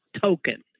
token